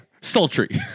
Sultry